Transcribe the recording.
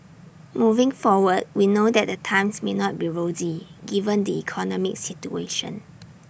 moving forward we know that the times may not be rosy given the economic situation